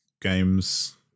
games